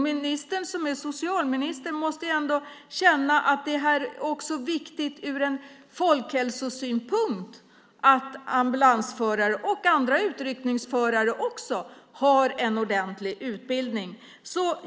Ministern, som är socialminister, måste väl ändå känna att det är viktigt ur folkhälsosynpunkt att ambulansförare och andra utryckningsförare har en ordentlig utbildning.